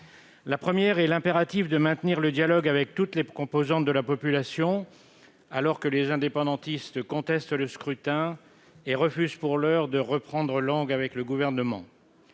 Le premier défi est l'impératif de maintenir le dialogue avec toutes les composantes de la population, alors que les indépendantistes contestent le scrutin et refusent, pour l'heure, de reprendre langue avec le Gouvernement.